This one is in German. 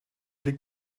liegt